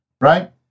Right